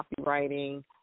copywriting